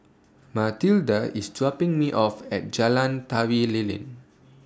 Matilda IS dropping Me off At Jalan Tari Lilin